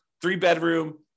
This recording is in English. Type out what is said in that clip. three-bedroom